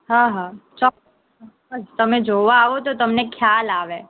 હા હા ચોક્કસ ચોક્કસ તમે જોવા આવો તો તમને ખ્યાલ આવે